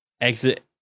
exit